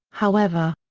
however.